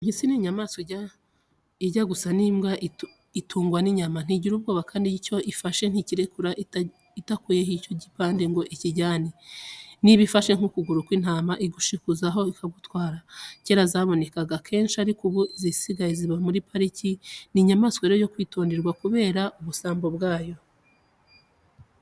Impyisi ni inyamanswa ijya gusa n'imbwa itungwa n'inyama. Ntigira ubwoba kandi icyo ifashe ntikirekura idakuyeho icyo gipande ngo ikijyane. Niba ifashe nk'ukuguru kw'intama igushikuzaho ikagutwara. Cyera zabonekaga henshi ariko ubu izisigaye ziba muri pariki. Ni inyamanswa rero yo kwitonderwa kubera ubusambo bwayo.